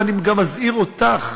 ואני גם מזהיר אותך,